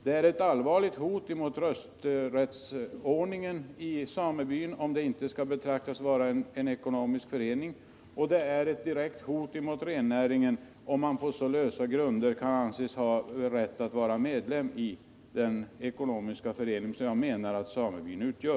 Det är ett allvarligt hot mot rösträttsordningen i samebyn att man menar att den inte skall betraktas som en ekonomisk förening, och det är också ett direkt hot mot rennäringen, om en person på så lösa grunder kan anses ha rätt att vara medlem i den ekonomiska förening som jag anser att samebyn utgör.